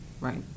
Right